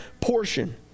portion